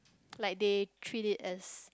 like they treat it as